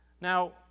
Now